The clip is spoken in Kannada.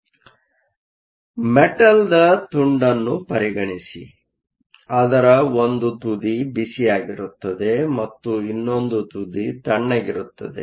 ಆದ್ದರಿಂದ ಮೆಟಲ್ ತುಂಡನ್ನು ಪರಿಗಣಿಸಿ ಅದರ ಒಂದು ತುದಿ ಬಿಸಿಯಾಗಿರುತ್ತದೆ ಮತ್ತು ಇನ್ನೊಂದು ತುದಿ ತಣ್ಣಗಿರುತ್ತದೆ